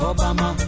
Obama